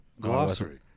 glossary